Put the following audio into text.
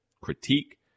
critique